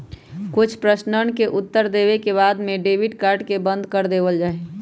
कुछ प्रश्नवन के उत्तर देवे के बाद में डेबिट कार्ड के बंद कर देवल जाहई